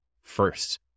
first